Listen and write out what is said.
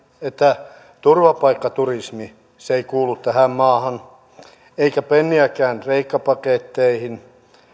että turvapaikkaturismi ei kuulu tähän maahan eikä penniäkään kreikka paketteihin